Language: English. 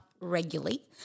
regularly